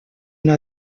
una